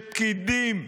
שפקידים,